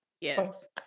Yes